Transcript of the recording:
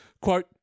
Quote